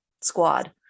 squad